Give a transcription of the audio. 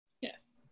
Yes